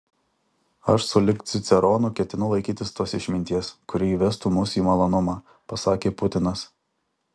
aš sulig ciceronu ketinu laikytis tos išminties kuri įvestų mus į malonumą pasakė putinas